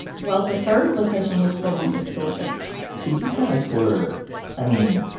well, the third location was columbus, ga so you guys were i mean,